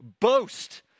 boast